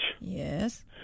Yes